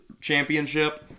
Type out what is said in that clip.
championship